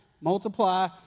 Multiply